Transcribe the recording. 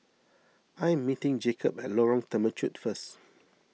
I am meeting Jacob at Lorong Temechut first